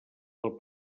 del